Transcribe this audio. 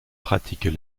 pratiques